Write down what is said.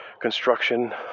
construction